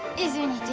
isn't